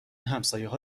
همسایهها